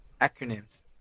acronyms